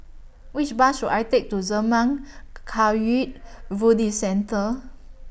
Which Bus should I Take to Zurmang Kagyud Buddhist Centre